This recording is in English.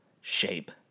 shape